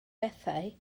bethau